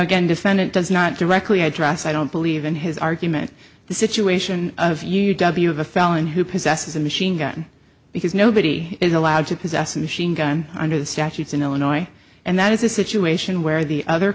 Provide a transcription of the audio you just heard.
again defendant does not directly address i don't believe in his argument the situation of u w of a felon who possesses a machine gun because nobody is allowed to possess a machine gun under the statutes in illinois and that is a situation where the other